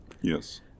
Yes